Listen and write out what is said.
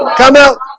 come in